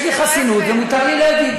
יש לי חסינות, ומותר לי להגיד.